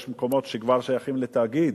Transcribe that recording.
יש מקומות שכבר שייכים לתאגיד,